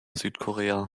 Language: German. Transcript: südkorea